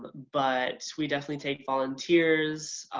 but we definitely take volunteers.